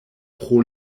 pro